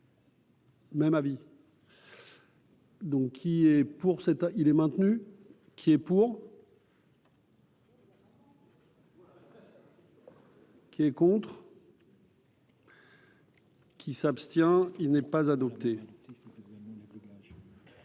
Même avis. Donc, il est pour cette il est maintenu, qui est pour. Qui est contre. Qui s'abstient, il n'est pas adopté.